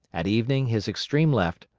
at evening his extreme left,